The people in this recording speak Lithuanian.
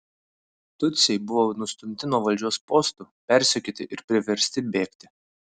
tutsiai buvo nustumti nuo valdžios postų persekioti ir priversti bėgti